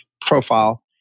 profile